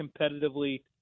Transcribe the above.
competitively